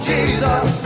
Jesus